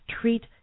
treat